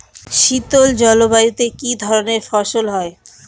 শীতল জলবায়ুতে কি ধরনের ফসল হয়?